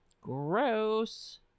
Gross